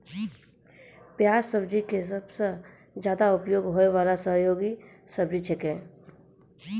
प्याज सब्जी के सबसॅ ज्यादा उपयोग होय वाला सहयोगी सब्जी छेकै